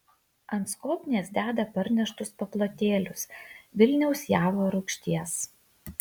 ant skobnies deda parneštus paplotėlius vilniaus javo rūgšties